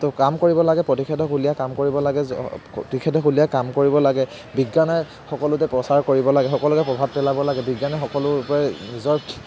তো কাম কৰিব লাগে প্ৰতিষেধক উলিয়াই কাম কৰিব লাগে প্ৰতিষেধক উলিয়াই কাম কৰিব লাগে বিজ্ঞানেৰ সকলোতে প্ৰচাৰ কৰিব লাগে সকলোতে প্ৰভাৱ পেলাব লাগে বিজ্ঞানে সকলো প্ৰায় নিজৰ